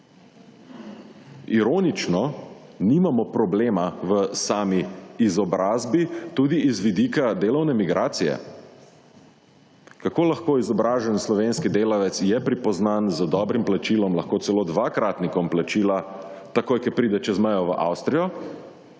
Ironično, nimamo problema v sami izobrazbi tudi iz vidika delovne migracije. Kako lahko izobraženi slovenski delavec je pripoznan, z dobrim plačilom, lahko celo dvakratnikom plačila, takoj ko pride čez mejo v Avstrijo,